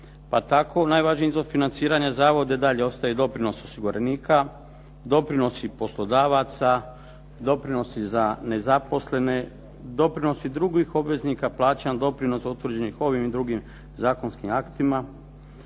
Pa tako najvažniji izvor financiranja zavoda i dalje ostaje doprinos osiguranika, doprinosi poslodavaca, doprinosi za nezaposlene, doprinosi drugih obveznika plaćan doprinos utvrđenih ovim i drugim zakonskim aktima.